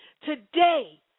Today